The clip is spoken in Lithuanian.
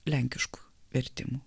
lenkiškų vertimų